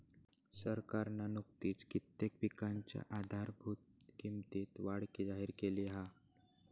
सरकारना नुकतीच कित्येक पिकांच्या आधारभूत किंमतीत वाढ जाहिर केली हा